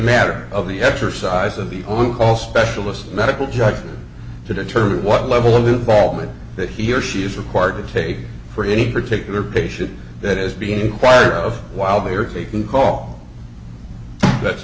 matter of the exercise of the on call specialist medical judge to determine what level of involvement that he or she is required to take for any particular patient that is being inquired of while they are they can call that